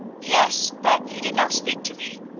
yes, but he did not speak to me.